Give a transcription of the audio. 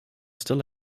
still